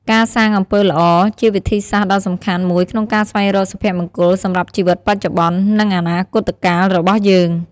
ការសាងអំពើល្អ ជាវិធីសាស្ត្រដ៏សំខាន់មួយក្នុងការស្វែងរកសុភមង្គលសម្រាប់ជីវិតបច្ចុប្បន្ន និងអនាគតកាលរបស់យើង។